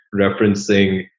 referencing